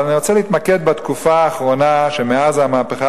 אבל אני רוצה להתמקד בתקופה האחרונה שמאז המהפכה